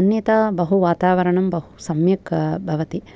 अन्यथा बहु वातावरणं बहु सम्यक् भवति